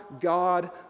God